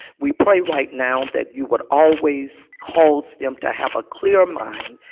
we pray right now that you would always cause them to have a clear mind,